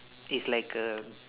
is like a